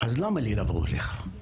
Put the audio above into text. אז למה לי לבוא אליך?